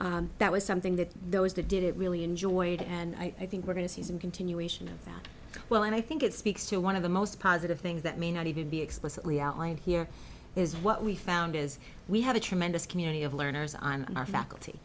that was something that those that did it really enjoyed it and i think we're going to see some continuation of that well and i think it speaks to one of the most positive things that may not even be explicitly outlined here is what we found is we have a tremendous community of learners on our faculty